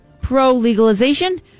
pro-legalization